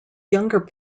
younger